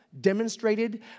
demonstrated